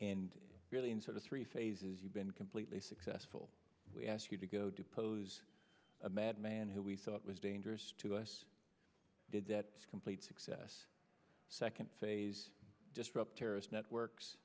and really in sort of three phases you've been completely successful we ask you to go depose a madman who we thought was dangerous to us did that complete success second phase disrupt terrorist networks